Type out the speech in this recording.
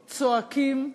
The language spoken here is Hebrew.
צועקים,